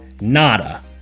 nada